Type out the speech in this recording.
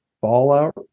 Fallout